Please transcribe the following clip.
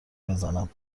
بزنم